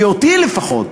כי אותי לפחות,